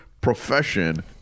profession